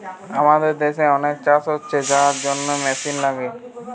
আমাদের দেশে অনেক চাষ হচ্ছে যার জন্যে মেশিন লাগে